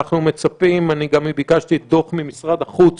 גם ביקשתי דוח ממשרד החוץ